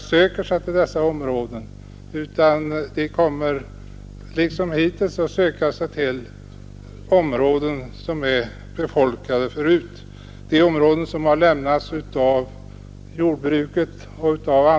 Man kan väl ändå fråga sig om avsikten med den landskapsvård vi skall bedriva är att vi skall uppehålla markområden som redan har övergetts av jordbruket.